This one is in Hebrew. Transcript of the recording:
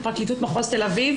פרקליטות מחוז תל אביב,